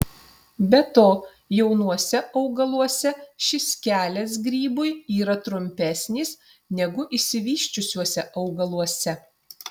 be to jaunuose augaluose šis kelias grybui yra trumpesnis negu išsivysčiusiuose augaluose